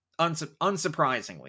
Unsurprisingly